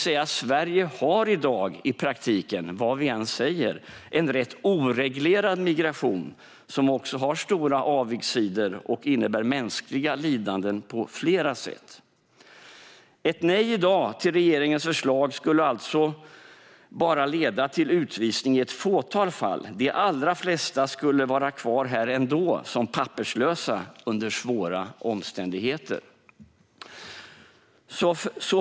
Sverige har alltså i dag, vad vi än säger, i praktiken en rätt oreglerad migration som också har stora avigsidor och innebär mänskliga lidanden på flera sätt. Ett nej i dag till regeringens förslag skulle alltså bara leda till utvisning i ett fåtal fall. De allra flesta skulle vara kvar här ändå som papperslösa under svåra omständigheter.